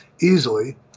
easily